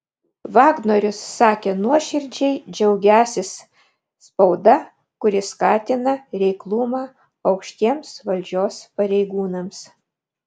vagnorius sakė nuoširdžiai džiaugiąsis spauda kuri skatina reiklumą aukštiems valdžios pareigūnams